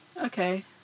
okay